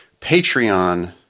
Patreon